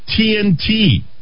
TNT